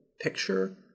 picture